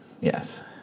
Yes